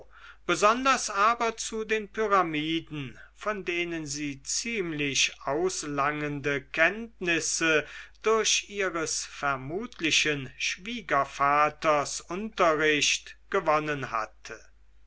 besonders aber zu den pyramiden von denen sie ziemlich auslangende kenntnisse durch ihres vermutlichen schwiegervaters unterricht gewonnen hatte